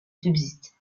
subsiste